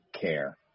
care